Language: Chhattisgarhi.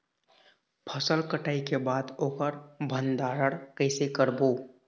फसल कटाई के बाद ओकर भंडारण कइसे करबो?